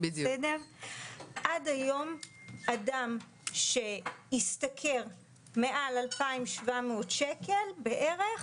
עד היום אדם שהשתכר מעל 2,700 שקל בערך